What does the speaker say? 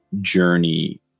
journey